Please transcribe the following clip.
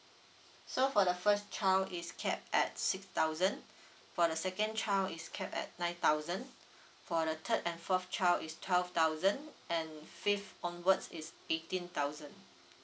so for the first child is capped at six thousand for the second child is capped at nine thousand for the third and fourth child is twelve thousand and fifth onwards is eighteen thousand